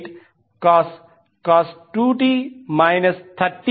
498cos 2t 30